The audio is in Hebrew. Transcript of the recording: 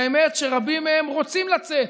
האמת היא שרבים מהם רוצים לצאת,